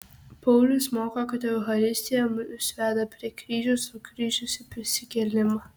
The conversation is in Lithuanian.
paulius moko kad eucharistija mus veda prie kryžiaus o kryžius į prisikėlimą